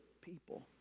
people